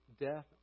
death